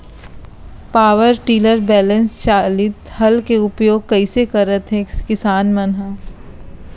Power tiller बैलेंस चालित हल के उपयोग कइसे करथें किसान मन ह?